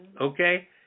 okay